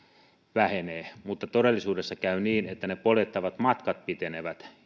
vähenee mutta todellisuudessa käy niin että ne poljettavat matkat pitenevät